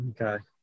Okay